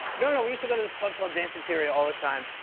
no, no. we used to go to this club called danceteria all the time,